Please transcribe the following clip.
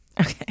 Okay